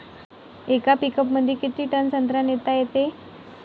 येका पिकअपमंदी किती टन संत्रा नेता येते?